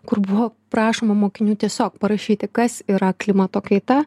kur buvo prašoma mokinių tiesiog parašyti kas yra klimato kaita